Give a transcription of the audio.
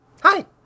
Hi